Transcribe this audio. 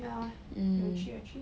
ya 有趣有趣